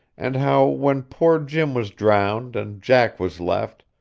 and how when poor jim was drowned and jack was left,